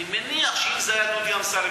אני מניח שאם זה היה דודי אמסלם,